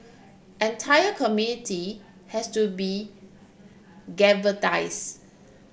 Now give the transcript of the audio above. entire community has to be